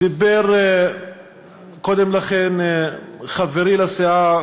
דיבר קודם לכן חברי לסיעה,